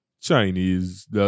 Chinese